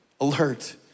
alert